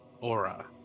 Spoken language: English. aura